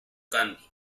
candy